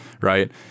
right